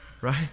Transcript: Right